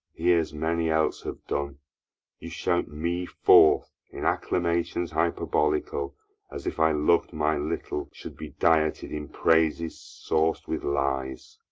here's many else have done you shout me forth in acclamations hyperbolical as if i loved my little should be dieted in praises sauc'd with lies.